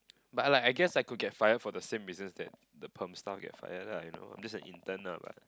but like I guess I could get fired for the same reasons that the perm staff get fired lah you know just like intern lah